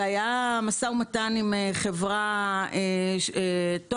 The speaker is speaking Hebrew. והיה משא ומתן עם חברת טופ-סוט,